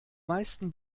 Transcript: meisten